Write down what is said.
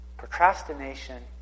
Procrastination